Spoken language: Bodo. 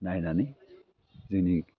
नायनानै जोंनि